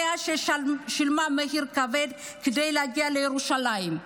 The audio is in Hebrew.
ששילמה מחיר כבד כדי להגיע לירושלים.